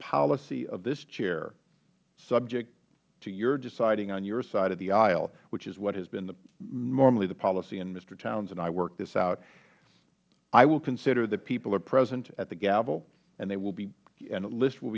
policy of this chair subject to your deciding on your side of the aisle which has what has been normally the policy and mr htowns and i worked this out i will consider the people are present at the gavel and lists will be